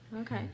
Okay